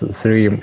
three